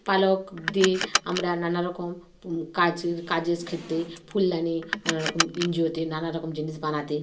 পালক দিয়ে আমরা নানা রকম কাজের কাজের ক্ষেত্রে ফুলদানী নানা রকম এন জি ওতে নানা রকম জিনিস বানাতে